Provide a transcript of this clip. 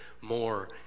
more